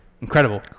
Incredible